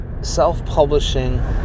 self-publishing